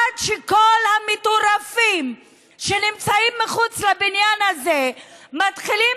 עד שכל המטורפים שנמצאים מחוץ לבניין הזה מתחילים